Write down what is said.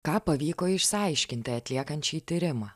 ką pavyko išsiaiškinti atliekant šį tyrimą